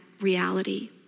reality